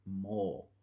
more